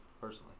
personally